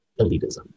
elitism